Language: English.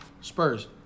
Spurs